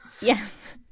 Yes